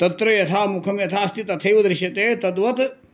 तत्र यथा मुखं यथा अस्ति तथैव दृश्यते तद्वत्